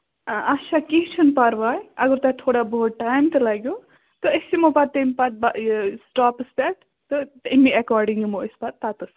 آ اَچھا کیٚنٛہہ چھُنہ پَرواے اَگر تۄہہِ تھوڑا بہت ٹایم تہِ لگٮ۪وٕ تہٕ أسۍ یِمَو پَتہٕ تَمہِ پَتہٕ یہِ سِٹاپَس پٮ۪ٹھ تہٕ تَمے اٮ۪کوڈِنٛگ یِمَو أسۍ پَتہٕ تَتتنَس